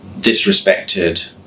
disrespected